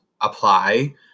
apply